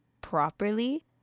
properly